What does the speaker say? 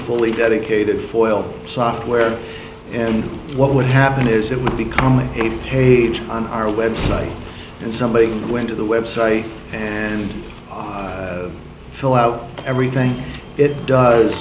fully dedicated foil software and what would happen is it would become like a page on our website and somebody went to the website and fill out everything it does